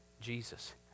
Jesus